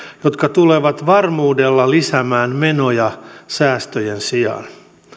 jotka tulevat varmuudella lisäämään menoja säästöjen sijaan